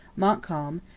montcalm,